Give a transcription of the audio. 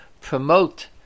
promote